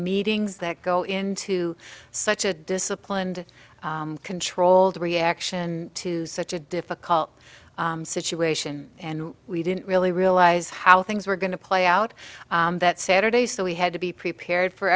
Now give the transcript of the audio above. meetings that go into such a disciplined controlled reaction to such a difficult situation and we didn't really realize how things were going to play out that saturday so we had to be prepared for